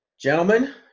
gentlemen